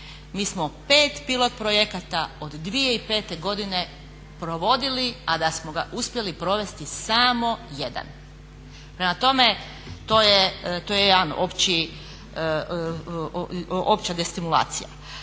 Mi smo 5 pilot-projekata od 2005. godine provodili, a da smo ga uspjeli provesti samo 1. Prema tome, to je jedna opća destimulacija.